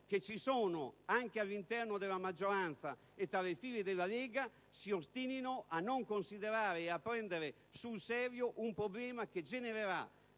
presenti all'interno della maggioranza e tra le file della Lega si ostinino a non considerare e a non prendere sul serio un problema che genererà